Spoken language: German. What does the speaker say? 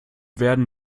werden